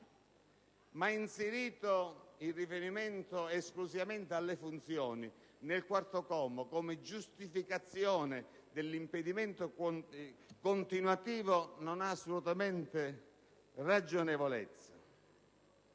ma inserito il riferimento esclusivamente alle funzioni indicate al comma 4 come giustificazione dell'impedimento continuativo non ha assolutamente ragionevolezza,